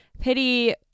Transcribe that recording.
pity